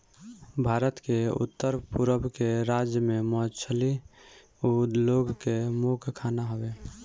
भारत के उत्तर पूरब के राज्य में मछली उ लोग के मुख्य खाना हवे